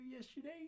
yesterday